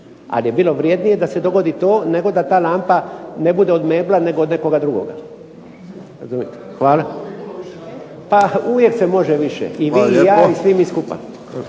ali je bilo vrjednije da se dogodi to nego da ta lampa ne bude od Mebla nego od nekoga drugoga. Hvala. … /Upadica se ne razumije./… Pa uvijek se može više. I vi i ja i svi mi skupa.